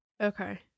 Okay